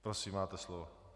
Prosím, máte slovo.